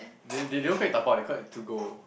they they don't call it dabao they call it to go